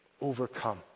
overcome